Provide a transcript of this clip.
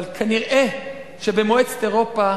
אבל כנראה במועצת אירופה,